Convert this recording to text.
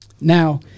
Now